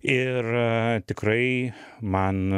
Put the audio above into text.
ir tikrai man